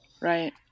Right